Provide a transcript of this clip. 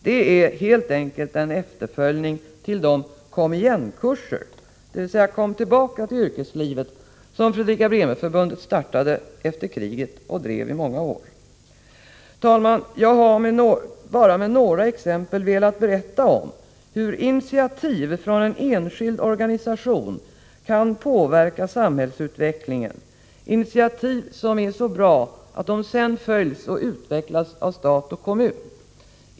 Dessa kurser är helt enkelt efterföljare till de kom-igen-kurser, dvs. kom tillbaka till yrkeslivet, som Fredrika Bremer-Förbundet startade efter kriget och drev i många år. Herr talman! Jag har bara med några exempel velat berätta om hur initiativ från en enskild organisation kan påverka samhällsutvecklingen, initiativ som är så bra att de sedan följs och utvecklas av stat och kommun.